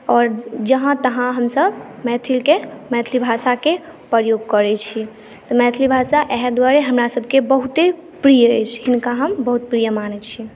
आओर जहाँ तहाँ हमसब मैथिलीकेँ मैथिली भाषाके प्रयोग करै छी तऽ मैथिली भाषा इएह दुआरे हमरा सबकेँ बहुते प्रिय अछि हिनका हम बहुत प्रिय मानै छियै